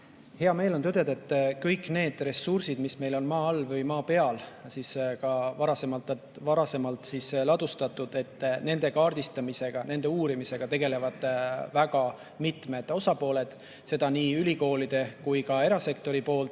Hea meel on tõdeda, et kõik need ressursid, mis meil on maa all või maa peal, ka [need, mis on] varasemalt ladustatud – nende kaardistamise ja uurimisega tegelevad väga mitmed osapooled. Neid on nii ülikoolides kui ka erasektoris.